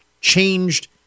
changed